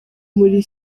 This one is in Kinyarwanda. muri